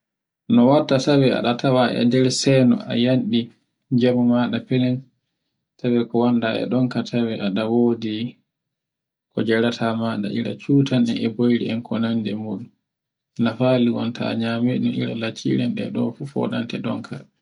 No watta sawe aɗa tawe e nder seno a yanɗi jamu maɗa fini tawe ko wonda ɗonka tawe aɗa wodi ko njarata ma ira cutanɗe e boyri ko nandi e muɗum. Nafali ngon ta nyamin ɗun iri lacci re ɗe ɗofu foɗante ɗonka.